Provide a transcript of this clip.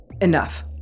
enough